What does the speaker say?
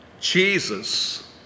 Jesus